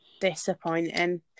disappointing